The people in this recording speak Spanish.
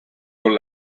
con